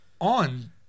on